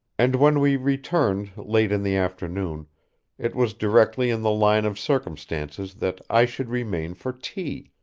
and when we returned late in the afternoon it was directly in the line of circumstances that i should remain for tea